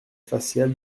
facial